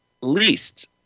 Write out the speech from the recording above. least